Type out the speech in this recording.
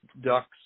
ducks